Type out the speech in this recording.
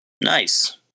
Nice